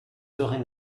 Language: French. serez